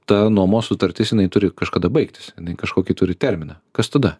ta nuomos sutartis jinai turi kažkada baigtis kažkokį turi terminą kas tada